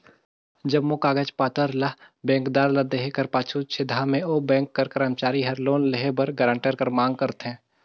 जम्मो कागज पाथर ल बेंकदार ल देहे कर पाछू छेदहा में ओ बेंक कर करमचारी हर लोन लेहे बर गारंटर कर मांग करथे